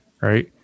right